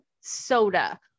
soda